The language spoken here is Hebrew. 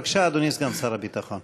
בבקשה, אדוני סגן שר הביטחון.